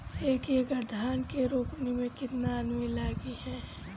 एक एकड़ धान के रोपनी मै कितनी आदमी लगीह?